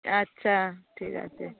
আচ্ছা ঠিক আছে